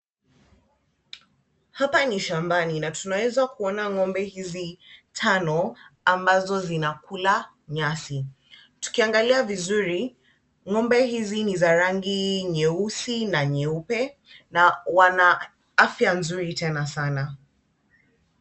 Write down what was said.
Hapa ni shambani na tunaweza kuona ng'ombe hizi tano ambazo zinakula nyasi. Tukiangalia vizuri, ng'ombe hizi ni za rangi nyeusi na nyeupe na wana afya nzuri tena sana.